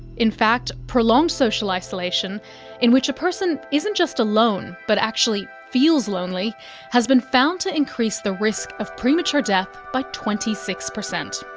in fact, prolonged social isolation in which a person isn't just alone but actually feels lonely has been found to increases the risk of premature death by twenty six percent.